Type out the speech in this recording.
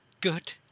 good